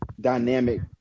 dynamic